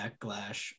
backlash